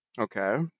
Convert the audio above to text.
Okay